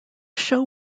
show